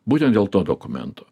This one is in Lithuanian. būtent dėl to dokumento